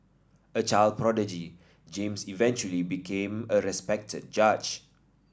a child prodigy James eventually became a respected judge